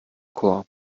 chor